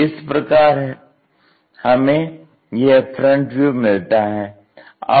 इस प्रकार हमें यह फ्रंट व्यू मिलता है